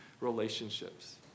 relationships